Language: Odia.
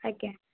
ଆଜ୍ଞା